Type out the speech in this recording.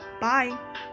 Bye